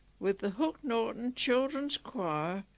with the hook norton children's choir.